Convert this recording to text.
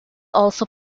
also